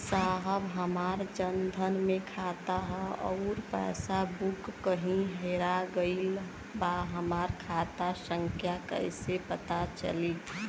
साहब हमार जन धन मे खाता ह अउर पास बुक कहीं हेरा गईल बा हमार खाता संख्या कईसे पता चली?